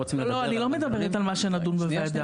לא, לא, אני לא מדברת על מה שנדון בוועדה.